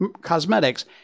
cosmetics